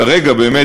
כרגע באמת,